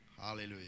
Hallelujah